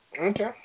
Okay